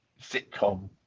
sitcom